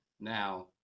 now